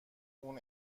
اون